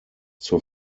zur